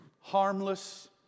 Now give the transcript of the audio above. harmless